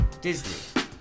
Disney